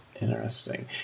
interesting